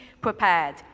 prepared